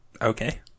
Okay